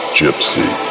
gypsy